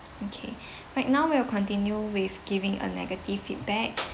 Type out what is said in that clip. okay right now we will continue with giving a negative feedback